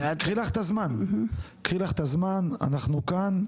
קחי לך את הזמן, אנחנו כאן.